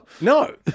No